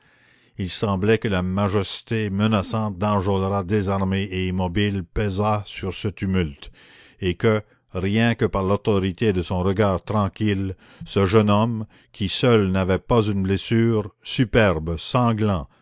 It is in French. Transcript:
il semblait que la majesté menaçante d'enjolras désarmé et immobile pesât sur ce tumulte et que rien que par l'autorité de son regard tranquille ce jeune homme qui seul n'avait pas une blessure superbe sanglant